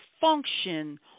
function